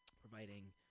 providing